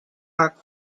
are